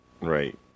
right